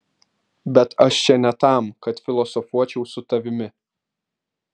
bet aš čia ne tam kad filosofuočiau su tavimi